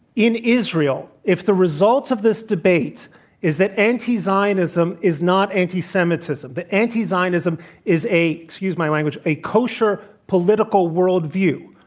in israel, if the results of this debate is that anti-zionism is not anti-semitism, that but anti-zionism is a excuse my language a kosher political worldview,